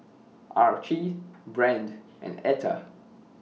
Archie Brandt and Etta